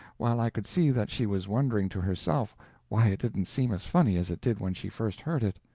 while i could see that she was wondering to herself why it didn't seem as funny as it did when she first heard it.